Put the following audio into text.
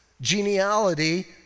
geniality